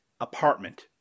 apartment